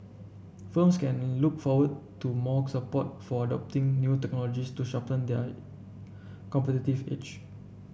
firms can look forward to more support for adopting new technologies to sharpen their competitive edge